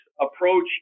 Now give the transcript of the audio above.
approach